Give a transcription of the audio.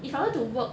if I want to work